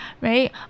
right